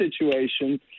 situation